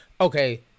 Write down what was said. Okay